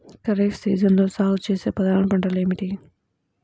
ఖరీఫ్ సీజన్లో సాగుచేసే ప్రధాన పంటలు ఏమిటీ?